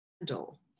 handle